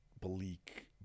bleak